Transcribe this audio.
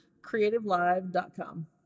creativelive.com